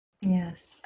Yes